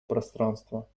пространства